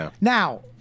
now